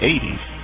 80s